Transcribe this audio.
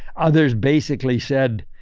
others basically said,